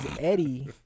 Eddie